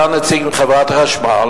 היה שם נציג חברת החשמל,